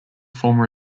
former